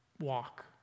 Walk